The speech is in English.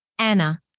Anna